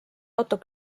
auto